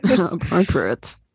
Appropriate